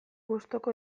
gustuko